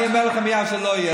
אני אומר לכם, זה לא יהיה.